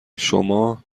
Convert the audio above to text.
شما